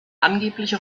angebliche